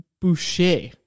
Boucher